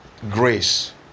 grace